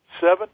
seven